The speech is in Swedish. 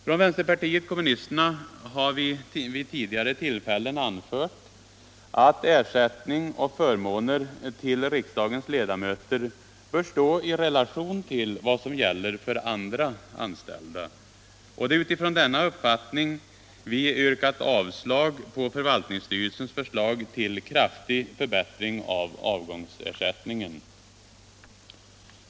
Från vänsterpartiet kommunisterna har vi vid tidigare tillfällen anfört att ersättning och förmåner för riksdagens ledamöter bör stå i relation till vad som gäller för andra anställda. Det är med hänsyn till denna uppfattning vi yrkat avslag på förvaltningsstyrelsens förslag till kraftig förbättring av avgångsersättningen.